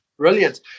Brilliant